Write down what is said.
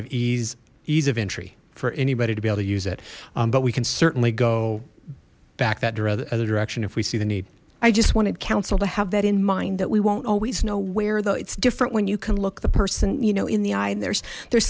of ease ease of entry for anybody to be able to use it but we can certainly go back that direction if we see the need i just wanted counsel to have that in mind that we won't always know where though it's different when you can look the person you know in the eye and there's there's